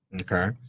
Okay